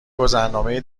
گذرنامه